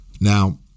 Now